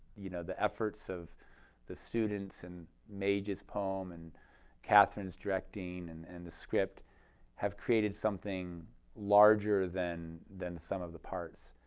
you know the efforts of the students and mage's poem, and kathryn's directing, and and the script have created something larger than than some of the parts.